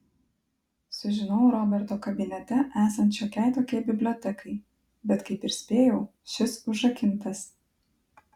sužinau roberto kabinete esant šiokiai tokiai bibliotekai bet kaip ir spėjau šis užrakintas